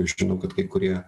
žinau kad kai kurie